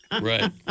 Right